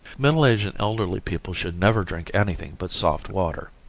middle-aged and elderly people should never drink anything but soft water.